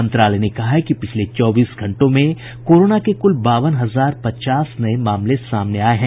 मंत्रालय ने कहा है कि पिछले चौबीस घंटों में कोरोना के कुल बावन हजार पचास नये मामले सामने आए हैं